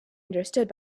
understood